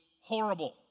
horrible